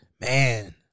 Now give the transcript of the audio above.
Man